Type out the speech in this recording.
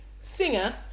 singer